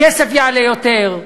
הכסף יעלה יותר,